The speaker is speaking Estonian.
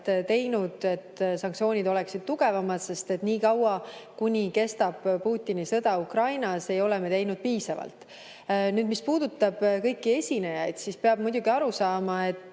teinud seda, et sanktsioonid oleksid tugevamad, sest niikaua kui kestab Putini sõda Ukrainas, ei ole me teinud piisavalt. Nüüd, mis puudutab esinejaid, siis peab muidugi aru saama, et